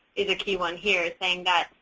is a key one here saying that,